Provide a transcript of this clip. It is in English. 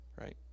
Right